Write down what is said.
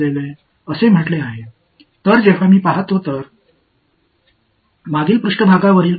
இந்த f பூஜ்ஜியமாக இருக்கலாம் அல்லது அது பூஜ்ஜியமற்றதாக இருக்கலாம்